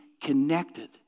connected